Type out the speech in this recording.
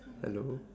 hello